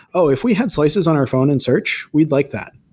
oh, if we had slices on our phone in search, we'd like that.